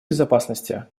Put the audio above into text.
безопасности